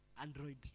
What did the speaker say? Android